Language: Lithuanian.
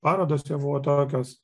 parodos čia buvo tokios